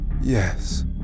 Yes